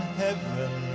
heaven